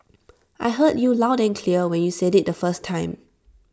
I heard you loud and clear when you said IT the first time